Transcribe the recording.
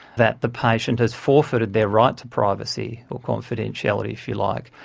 that the patient has forfeited their right to privacy or confidentiality if you like.